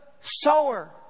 sower